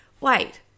wait